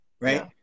Right